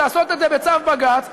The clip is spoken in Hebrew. לעשות את זה בצו בג"ץ,